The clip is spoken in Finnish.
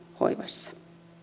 hoivassa